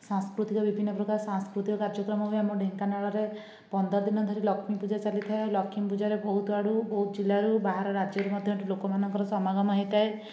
ସାଂସ୍କୃତିକ ବିଭିନ୍ନ ପ୍ରକାର ସାଂସ୍କୃତିକ କାର୍ଯ୍ୟକ୍ରମ ବି ଆମ ଢେଙ୍କାନାଳରେ ପନ୍ଦର ଦିନ ଧରି ଲକ୍ଷ୍ମୀ ପୂଜା ଚାଲିଥାଏ ଆଉ ଲକ୍ଷ୍ମୀ ପୂଜାରେ ବହୁତ ଆଡ଼ୁ ବହୁତ ଜିଲ୍ଲାରୁ ବାହାର ରାଜ୍ୟରୁ ମଧ୍ୟ ଏଇଠି ଲୋକମାନଙ୍କର ସମାଗମ ହୋଇଥାଏ